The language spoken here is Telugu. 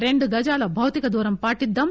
రెండు గజాల భౌతిక దూరం పాటిద్దాం